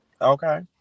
Okay